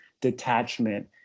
detachment